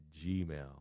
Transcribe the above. gmail